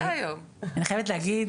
אני חייבת להגיד,